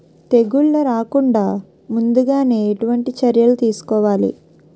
తెగుళ్ల రాకుండ ముందుగానే ఎటువంటి చర్యలు తీసుకోవాలి?